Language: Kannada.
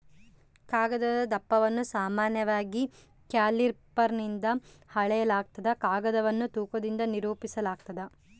ಕಾಗದದ ದಪ್ಪವನ್ನು ಸಾಮಾನ್ಯವಾಗಿ ಕ್ಯಾಲಿಪರ್ನಿಂದ ಅಳೆಯಲಾಗ್ತದ ಕಾಗದವನ್ನು ತೂಕದಿಂದ ನಿರೂಪಿಸಾಲಾಗ್ತದ